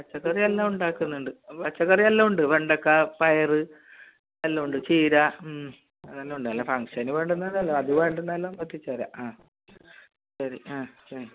പച്ചക്കറിയെല്ലാം ഉണ്ടാക്കുന്നുണ്ട് പച്ചക്കറിയെല്ലാം ഉണ്ട് വെണ്ടക്ക പയർ എല്ലാം ഉണ്ട് ചീര അങ്ങനെ എല്ലാം ഉണ്ട് അല്ല ഫങ്ങ്ഷനും വേണ്ടുന്നതെല്ലാം അതു വേണ്ടുന്നതെല്ലാം എത്തിച്ചേരാം ആ ശരി ആ ശരി